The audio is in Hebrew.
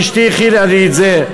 אשתי הכינה לי את זה,